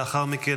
לאחר מכן,